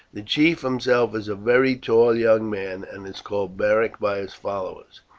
the chief himself is a very tall young man, and is called beric by his followers.